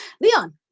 Leon